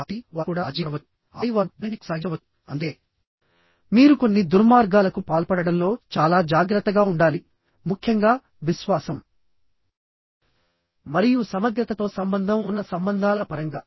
కాబట్టి వారు కూడా రాజీపడవచ్చు ఆపై వారు దానిని కొనసాగించవచ్చు అందుకే మీరు కొన్ని దుర్మార్గాలకు పాల్పడడంలో చాలా జాగ్రత్తగా ఉండాలి ముఖ్యంగా విశ్వాసం మరియు సమగ్రతతో సంబంధం ఉన్న సంబంధాల పరంగా